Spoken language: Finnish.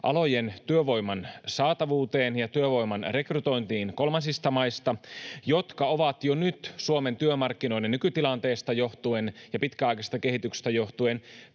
alojen työvoiman saatavuuteen ja työvoiman rekrytointiin kolmansista maista, jotka ovat jo nyt Suomen työmarkkinoiden nykytilanteesta johtuen ja pitkäaikaisesta kehityksestä johtuen